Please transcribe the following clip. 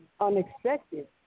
unexpected